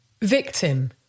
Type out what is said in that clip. victim